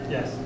Yes